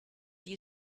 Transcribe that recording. you